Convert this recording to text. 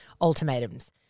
ultimatums